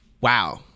wow